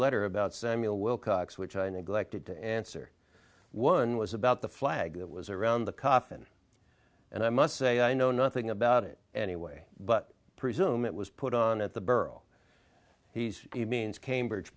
letter about samuel wilcox which i neglected to answer one was about the flag that was around the coffin and i must say i know nothing about it anyway but presume it was put on at the borough he's means cambridge